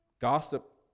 Gossip